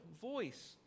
voice